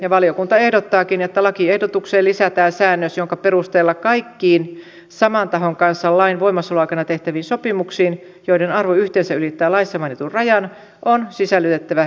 ja valiokunta ehdottaakin että lakiehdotukseen lisätään säännös jonka perusteella kaikkiin saman tahon kanssa lain voimassaolon aikana tehtäviin sopimuksiin joiden arvo yhteensä ylittää laissa mainitun rajan on sisällytettävä irtisanomisehto